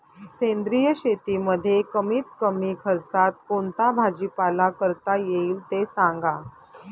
सेंद्रिय शेतीमध्ये कमीत कमी खर्चात कोणता भाजीपाला करता येईल ते सांगा